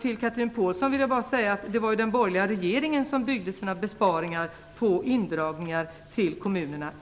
Till Chatrine Pålsson vill jag bara säga att det var den borgerliga regeringen som byggde sina besparingar på indragningar till kommunerna.